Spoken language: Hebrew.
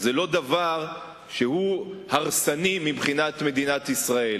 זה לא דבר שהוא הרסני מבחינת מדינת ישראל,